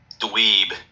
dweeb